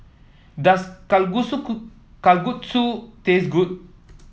does Kalguksu Kalguksu taste good